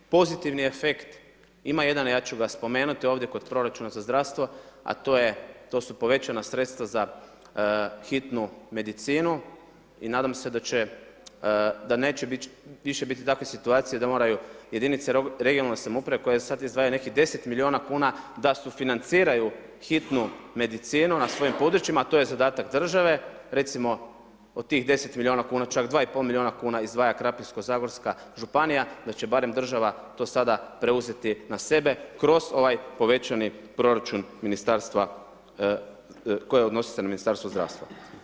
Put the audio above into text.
Pozitivan efekt ima jedan, ja ću ga spomenuti ovdje kod proračuna za zdravstvo, a to je, to su povećana sredstava za Hitnu medicinu i nadam se će, da neće više biti takve situacije da moraju jedinice regionalne samouprave koje sad izdvajaju nekih 10 milijuna kuna da sufinanciraju Hitnu medicinu na svojim područjima, a to je zadatak države, recimo od tih 10 milijuna kuna, čak 2,5 milijuna kuna izdvaja Krapinsko-zagorska županija, da će barem država to sada preuzeti na sebe kroz ovaj povećani proračun Ministarstva, koje se odnosi na Ministarstvo zdravstva.